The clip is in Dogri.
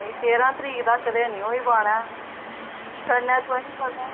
नेईं तेरां तरीक तगर ते निं होई पाना कन्नै तुसेंगी पता